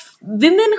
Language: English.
women